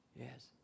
Yes